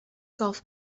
golf